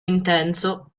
intenso